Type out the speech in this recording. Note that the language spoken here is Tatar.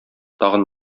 тагын